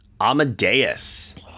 Amadeus